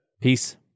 Peace